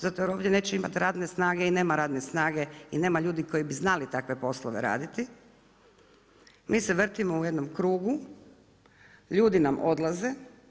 Zato jer ovdje neće imati radne snage i nema radne snage i nema ljudi koji bi znali takve poslove raditi mi se vrtimo u jednom krugu, ljudi nam odlaze.